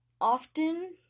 often